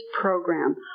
program